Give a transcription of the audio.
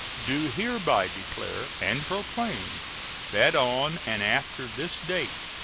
do hereby declare and proclaim that on and after this date,